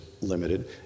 limited